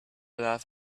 laugh